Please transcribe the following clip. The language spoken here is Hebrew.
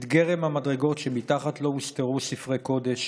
את גרם המדרגות שמתחת לו הוסתרו ספרי הקודש